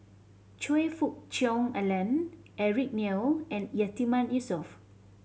Choe Fook Cheong Alan Eric Neo and Yatiman Yusof